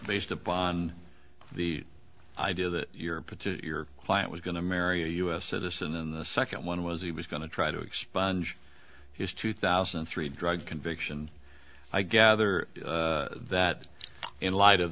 based upon the idea that your petition your client was going to marry a u s citizen and the second one was he was going to try to expunge his two thousand and three drug conviction i gather that in light of